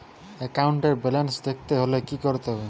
একাউন্টের ব্যালান্স দেখতে হলে কি করতে হবে?